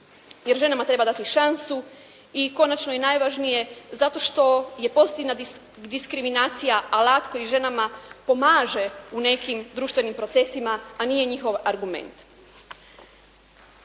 jer ženama treba dati šansu i konačno i najvažnije zato što je pozitivna diskriminacija alat koji ženama pomaže u nekim društvenim procesima, a nije njihov argument.